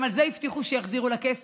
גם על זה הבטיחו לה שיחזירו לה כסף,